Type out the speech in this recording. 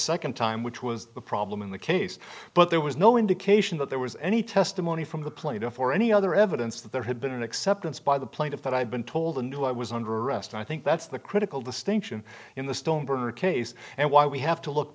second time which was a problem in the case but there was no indication that there was any testimony from the plaintiff or any other evidence that there had been an acceptance by the plaintiff that i've been told and who i was under arrest i think that's the critical distinction in the stoneburner case and why we have to look